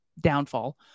Downfall